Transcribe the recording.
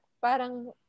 parang